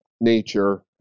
nature